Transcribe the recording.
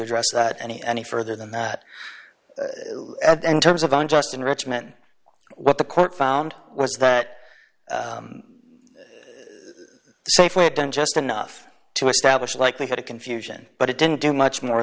address that any any further than that in terms of unjust enrichment what the court found was that safeway done just enough to establish likelihood of confusion but it didn't do much more